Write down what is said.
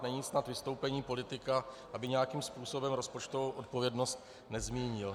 Není snad vystoupení politika, aby nějakým způsobem rozpočtovou odpovědnost nezmínil.